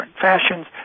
fashions